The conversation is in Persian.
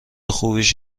خوبیش